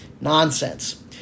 Nonsense